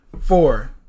Four